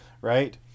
Right